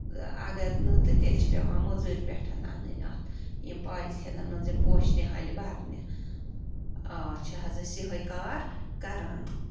اگر نہٕ تہٕ تیٚلہِ چھِ پٮ۪وان موٚزوٗرۍ پٮ۪ٹھ اَنٕنۍ اَتھ یِم پالتھیٖنن منٛز یِم پوشہٕ نِہالہِ برنہِ آ چھِ حظ أسۍ یِہٲے کار کَران